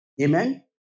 Amen